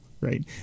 right